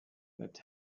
that